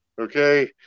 Okay